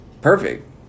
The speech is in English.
Perfect